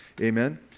Amen